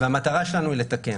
והמטרה שלנו היא לתקן.